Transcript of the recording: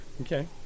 Okay